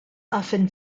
often